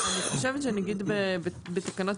בתקנות